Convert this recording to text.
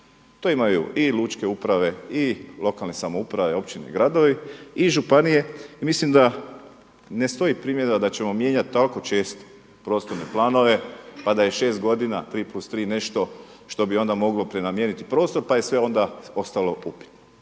To imaju i lučke uprave i lokalne samouprave, općine i gradovi i županije i mislim da ne stoji primjedba da ćemo mijenjati toliko često prostorne planove pa da i šest godina tri plus tri nešto što bi onda moglo prenamijeniti prostor pa je sve onda ostalo upitno.